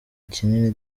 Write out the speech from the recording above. kinini